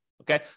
Okay